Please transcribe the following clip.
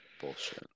Bullshit